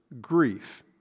grief